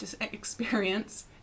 experience